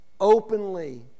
openly